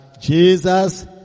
Jesus